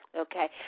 Okay